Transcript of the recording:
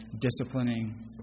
disciplining